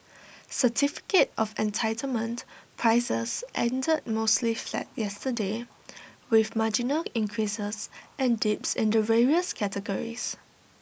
certificate of entitlement prices ended mostly flat yesterday with marginal increases and dips in the various categories